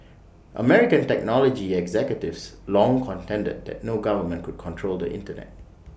American technology executives long contended that no government could control the Internet